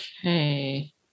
Okay